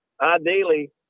ideally